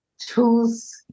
tools